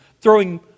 throwing